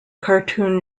cartoon